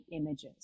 images